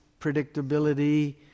predictability